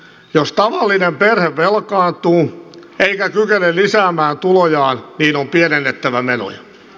jos tavallinen perhe velkaantuu eikä kykene lisäämään tulojaan on pienennettävä menoja